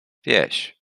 wieś